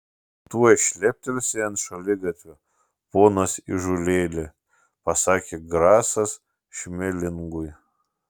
tuoj šleptelsi ant šaligatvio ponas įžūlėli pasakė grasas šmelingui